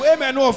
Amen